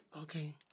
Okay